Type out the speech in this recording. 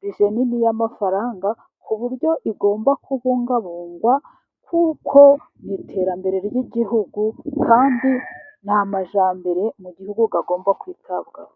bije nini y'amafaranga, ku buryo igomba kubunga bungwa kuko mu iterambere ry'igihugu kandi n'amajyambere mu gihugu agomba kwitabwaho.